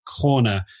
corner